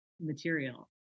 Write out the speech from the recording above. material